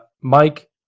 Mike